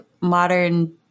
modern